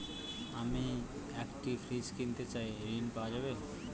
আমি একটি ফ্রিজ কিনতে চাই ঝণ পাওয়া যাবে?